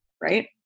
Right